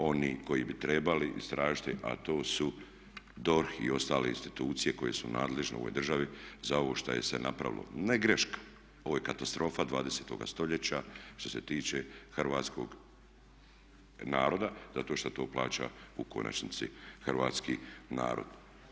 Oni koji bi trebali istražiti a to su DORH I ostale institucije koje su nadležne u ovoj državi za ovo što se napravilo, ne greška, ovo je katastrofa 20.-toga stoljeća što se tiče hrvatskog naroda zato što to plaća u konačnici hrvatski narod.